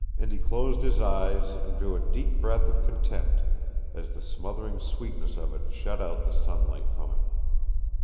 and he closed his eyes and drew a deep breath of content as the smothering sweetness of it shut out the sunlight from him.